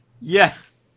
Yes